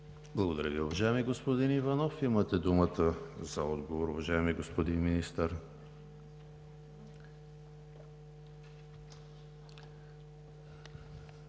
Благодаря Ви, уважаема госпожо Петрова. Имате думата за отговор, уважаеми господин Министър.